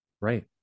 right